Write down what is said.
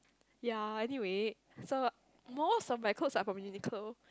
ya anyway so most of my clothes are from Uniqlo